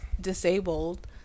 disabled